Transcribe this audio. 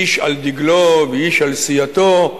איש על דגלו ואיש על סיעתו,